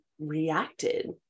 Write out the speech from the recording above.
reacted